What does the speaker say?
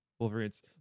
Wolverines